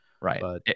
Right